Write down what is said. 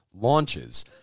launches